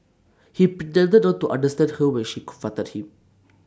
he pretended not to understand her when she confronted him